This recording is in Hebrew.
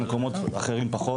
ובמקומות אחרים פחות